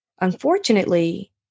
Unfortunately